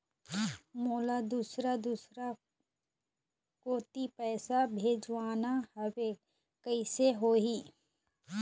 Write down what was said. मोला दुसर दूसर कोती पैसा भेजवाना हवे, कइसे होही?